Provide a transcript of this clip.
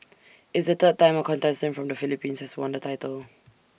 it's the third time A contestant from the Philippines has won the title